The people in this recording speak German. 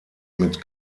mit